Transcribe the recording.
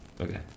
Okay